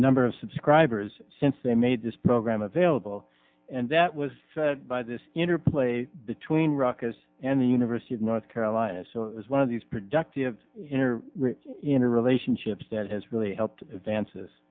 number of subscribers since they made this program available and that was by this interplay between rockets and the university of north carolina so it's one of these productive enter into relationships that has really helped vance